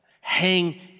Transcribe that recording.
hang